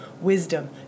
wisdom